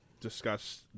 discuss